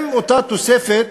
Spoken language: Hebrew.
עם אותה תוספת